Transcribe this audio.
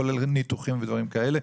כולל ניתוחים ודברים כאלה,